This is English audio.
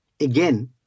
Again